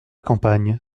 campagne